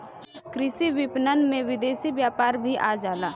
कृषि विपणन में विदेशी व्यापार भी आ जाला